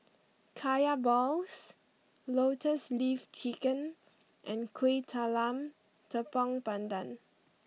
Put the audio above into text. Kaya Balls Lotus Leaf Chicken and Kuih Talam Tepong Pandan